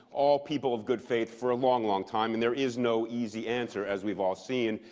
all people of good faith for a long, long time. and there is no easy answer, as we've all seen.